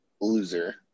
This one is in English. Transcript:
loser